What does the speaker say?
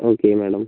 okay madam